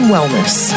Wellness